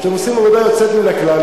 שאתם עושים עבודה יוצאת מן הכלל,